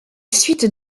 suite